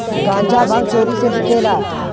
गांजा भांग चोरी से बिकेला